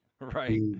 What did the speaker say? Right